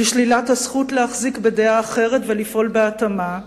בשלילת הזכות להחזיק בדעה אחרת ולפעול בהתאם לה,